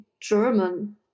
German